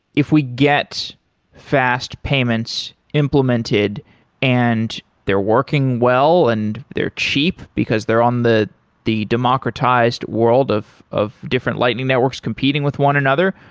if we get fast payments implemented and they're working well and they're cheap, because they're on the the democratized world of of different lightning networks competing with one another,